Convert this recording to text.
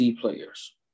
players